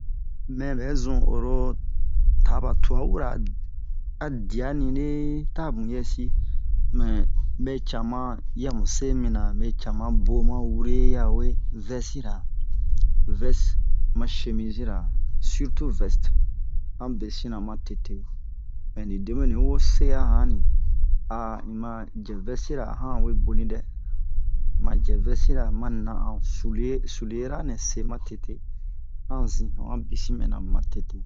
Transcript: mɛbɛ zun oro taba tubabura a dianine ta muyɛsi mɛ be cama yi'a muse mina me cama bomu'a wure yawe vɛsira veste ma chemise zi ra surtout veste han besina ma tete mɛni debenu'i wose'a hani ima jɛ vɛsira ahan we boni dɛ ima jɛ vɛsira ma na'an sule suleranɛ sema tete an zin ohan besin mɛna ma tete